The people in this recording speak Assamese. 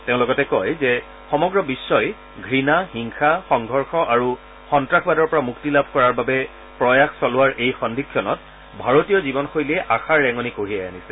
তেওঁ লগতে কয় যে সমগ্ৰ বিশ্বই ঘূণা হিংসা সংঘৰ্ষ আৰু সন্তাসবাদৰ পৰা মুক্তি লাভ কৰাৰ বাবে প্ৰয়াস চলোৱাৰ এই সন্ধিক্ষণত ভাৰতীয় জীৱনশৈলীয়ে আশাৰ ৰেঙণি কঢ়িয়াই আনিছে